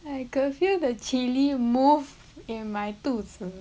I could feel the chill move in my 肚子